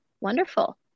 wonderful